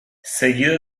seguido